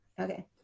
Okay